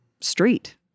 Street